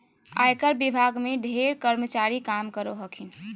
आयकर विभाग में ढेर कर्मचारी काम करो हखिन